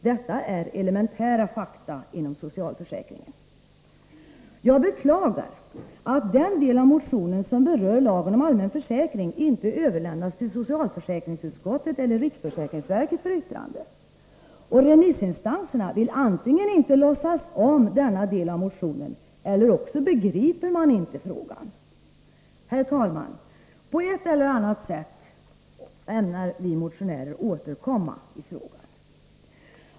Det är elementära fakta inom socialförsäkringen. Jag beklagar att den del av motionen som berör lagen om allmän försäkring inte överlämnats till socialförsäkringsutskottet eller riksförsäkringsverket för yttrande. Remissinstanserna vill inte låtsas om denna del av motionen, eller också begriper de inte frågan! Herr talman! På ett eller annat sätt ämnar vi motionärer återkomma i frågan.